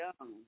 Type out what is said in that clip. young